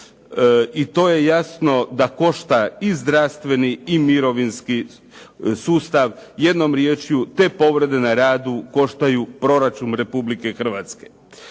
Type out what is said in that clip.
i to je jasno da košta i zdravstveni i mirovinski sustav. Jednom riječju, te povrede na radu koštaju proračun Republike Hrvatske.